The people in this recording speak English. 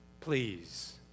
please